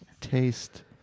taste